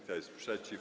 Kto jest przeciw?